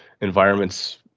environments